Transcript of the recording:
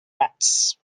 rats